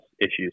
issues